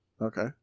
okay